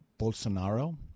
Bolsonaro